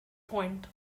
point